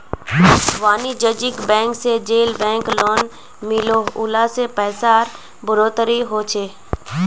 वानिज्ज्यिक बैंक से जेल बैंक लोन मिलोह उला से पैसार बढ़ोतरी होछे